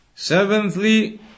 Seventhly